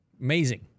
Amazing